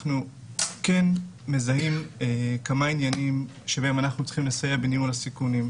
אנחנו כן מזהים כמה עניינים שבהם אנחנו צריכים לסייע בניהול הסיכונים.